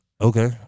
okay